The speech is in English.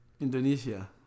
Indonesia